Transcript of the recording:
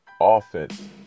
offense